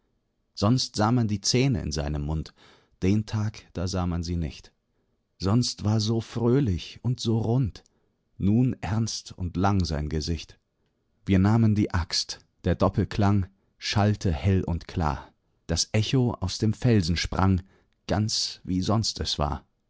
sonst sah man die zähne in seinem mund den tag da sah man sie nicht sonst war so fröhlich und so rund nun ernst und lang sein gesicht wir nahmen die axt der doppelklang schallte hell und klar das echo aus dem felsen sprang ganz wie sonst es war